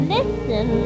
Listen